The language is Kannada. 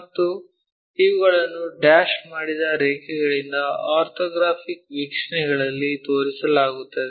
ಮತ್ತು ಇವುಗಳನ್ನು ಡ್ಯಾಶ್ ಮಾಡಿದ ರೇಖೆಗಳಿಂದ ಆರ್ಥೋಗ್ರಾಫಿಕ್ ವೀಕ್ಷಣೆಗಳಲ್ಲಿ ತೋರಿಸಲಾಗುತ್ತದೆ